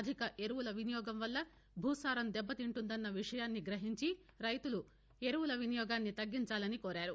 అధిక ఎరువుల వినియోగం వల్ల భూసారం దెబ్బతింటుందన్న విషయం గ్రహించి రైతులు ఎరువుల వినియోగాన్ని తగ్గించాలని కోరారు